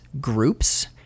Groups